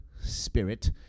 spirit